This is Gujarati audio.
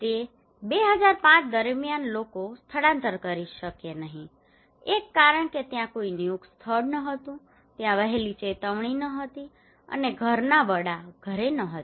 તેથી 2005 દરમિયાન લોકો સ્થળાંતર કરી શક્યા નહીં એક કારણ કે ત્યાં કોઈ નિયુક્ત સ્થળ ન હતું ત્યાં વહેલી ચેતવણી ન હતી અને ઘરના વડા ઘરે ન હતા